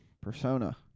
persona